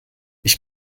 ich